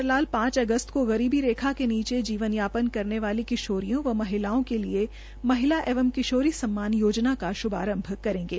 हरियाणा के मुख्यमंत्री पांच अगस्त को गरीबी रेखा से नीचे जीवन यापन करने वाले किशाोरियों व महिलाओं के लिए महिला एंव किशोरी सम्मान योजना का शुभारंभ करेंगे